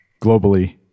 globally